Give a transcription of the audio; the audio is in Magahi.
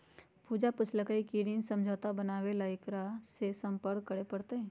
पूजा पूछल कई की ऋण समझौता बनावे ला केकरा से संपर्क करे पर तय?